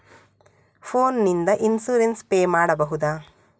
Phone ನಿಂದ insurance pay ಮಾಡಬಹುದ?